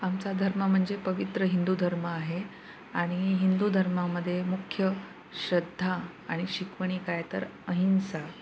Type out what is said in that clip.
आमचा धर्म म्हणजे पवित्र हिंदू धर्म आहे आणि हिंदू धर्मामदे मुख्य श्रद्धा आणि शिकवणी काय तर अहिंसा